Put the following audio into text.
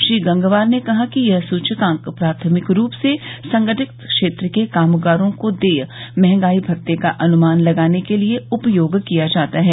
श्री गंगवार ने कहा कि यह सूचकांक प्राथमिक रूप से संगठित क्षेत्र के कामगारों को देय महंगाई भत्ते का अनुमान लगाने के लिए उपयोग किया जाता है